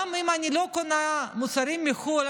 גם אם אני לא קונה מוצרים מחו"ל,